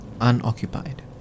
unoccupied